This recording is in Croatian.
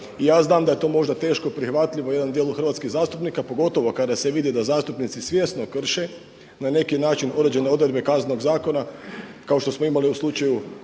I ja znam da je to možda teško prihvatljivo jednom dijelu hrvatskih zastupnika pogotovo kada se vidi da zastupnici svjesno krše na neki način određene odredbe kaznenog zakona kao što smo imali u slučaju